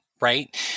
right